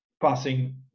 passing